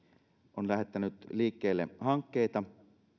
on lähettänyt liikkeelle hankkeita